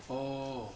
oh